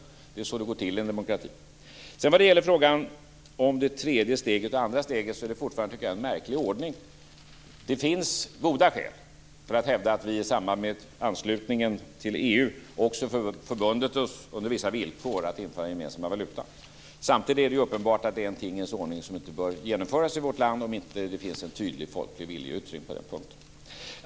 Det är så det går till i en demokrati. Vad gäller det andra och det tredje steget tycker jag fortfarande att det är en märklig ordning. Det finns goda skäl för att hävda att vi i samband med anslutningen till EU också förbundit oss, under vissa villkor, att införa en gemensam valuta. Samtidigt är det uppenbart att det är en tingens ordning som inte bör genomföras i vårt land om inte det finns en tydlig folklig viljeyttring på den punkten.